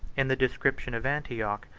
in the description of antioch,